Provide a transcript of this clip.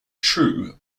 true